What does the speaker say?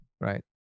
Right